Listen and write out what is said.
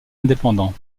indépendant